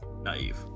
naive